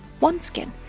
OneSkin